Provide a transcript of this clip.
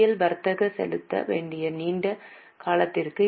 L வர்த்தக செலுத்த வேண்டியவை நீண்ட காலத்திற்கு